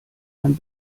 ein